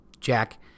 Jack